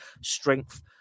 strength